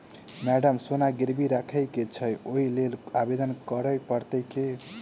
Madam सोना गिरबी राखि केँ छैय ओई लेल आवेदन करै परतै की?